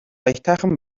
аятайхан